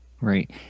Right